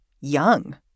young